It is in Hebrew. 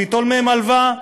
וייטול מהם הלוואה.